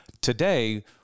Today